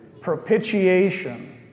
Propitiation